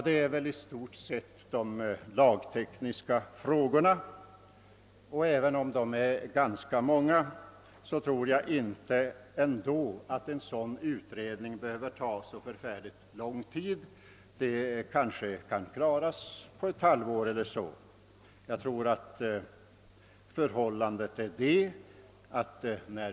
Det är väl i stort sett de lagtekniska frågorna, och även om de är ganska många, tror jag inte att en sådan utredning behöver ta så lång tid — den kanske kan bli klar på ett halvår eller så.